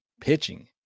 pitching